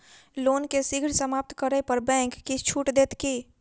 loan केँ शीघ्र समाप्त करै पर बैंक किछ छुट देत की